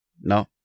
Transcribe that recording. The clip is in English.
No